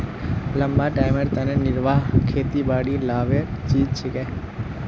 लंबा टाइमेर तने निर्वाह खेतीबाड़ी लाभेर चीज छिके